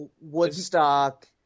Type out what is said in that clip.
woodstock